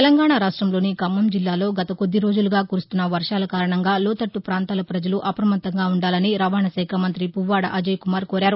తెలంగాణా రాష్టంలోని ఖమ్మం జిల్లాలో గత కొద్దిరోజులుగా కురుస్తున్న వర్వాలు కారణంగా లోతట్లు ప్రాంతాల ప్రజలు అప్రమత్తంగా ఉండాలని రవాణా శాఖా మంతి పువ్వాడ అజయ్కుమార్ కోరారు